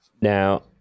now